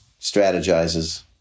strategizes